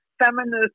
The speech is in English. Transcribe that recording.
feminist